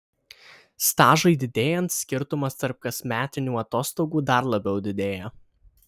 stažui didėjant skirtumas tarp kasmetinių atostogų dar labiau didėja